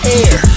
air